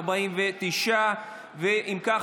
49. אם כך,